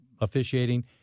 officiating